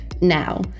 Now